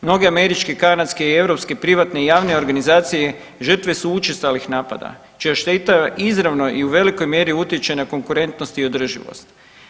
Mnoge američke, kanadske i europske privatne i javne organizacije žrtve su učestalih napada čija šteta izravno i u velikoj mjeri utječe na konkurentnost i održivost.